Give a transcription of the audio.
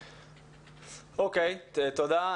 תודה.